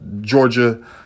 Georgia